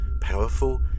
powerful